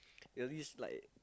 it was this like